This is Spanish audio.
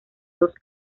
dos